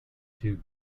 two